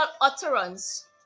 utterance